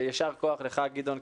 יישר כח לך גדעון,